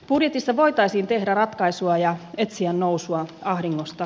budjetissa voitaisiin tehdä ratkaisuja ja etsiä nousua ahdingosta